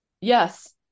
Yes